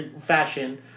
fashion